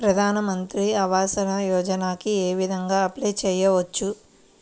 ప్రధాన మంత్రి ఆవాసయోజనకి ఏ విధంగా అప్లే చెయ్యవచ్చు?